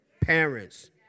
Parents